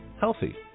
healthy